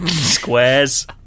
Squares